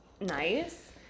nice